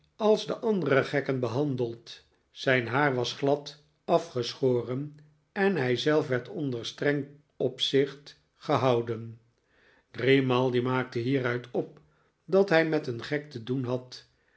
als de andere gekken behandeld zijn haar was glad afgeschoren en hij zelf werd onder streng opzicht gehouden grimaldi maakte hieruit op dat hij met een gek te doen had